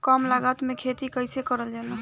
कम लागत में खेती कइसे कइल जाला?